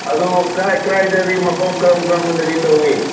ꯑꯗꯨ ꯀꯥꯏ ꯀꯔꯥꯏꯗꯗꯤ ꯃꯐꯝ ꯀꯔꯝ ꯀꯔꯝꯕꯗꯗꯤ ꯇꯧꯋꯤ